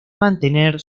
mantener